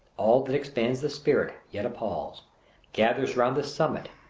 all that expands the spirit, yet appals, gathers around this summit,